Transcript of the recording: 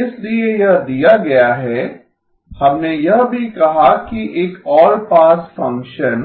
इसलिए यह दिया गया है हमने यह भी कहा कि एक ऑल पास फ़ंक्शन